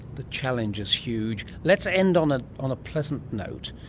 the challenge is huge. let's ah end on ah on a pleasant note.